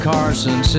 Carson